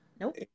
Nope